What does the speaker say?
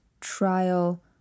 trial